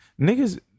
Niggas